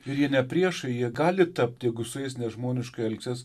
ir jie ne priešai jie gali tapti jeigu su jais nežmoniškai elgsies